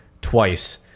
twice